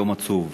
יום עצוב,